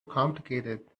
complicated